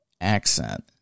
accent